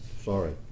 sorry